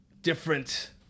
different